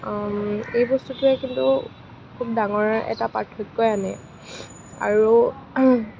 এই বস্তুটোৱে কিন্তু খুব ডাঙৰ এটা পাৰ্থক্যই আনে আৰু